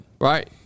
Right